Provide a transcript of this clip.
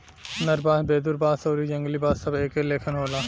नर बांस, वेदुर बांस आउरी जंगली बांस सब एके लेखन होला